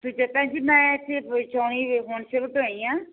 ਠੀਕ ਹੈ ਭੈਣ ਜੀ ਮੈਂ ਐਥੇ ਆਈ ਹਾਂ